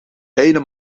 beide